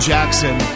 Jackson